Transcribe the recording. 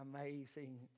amazing